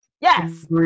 Yes